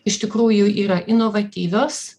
iš tikrųjų yra inovatyvios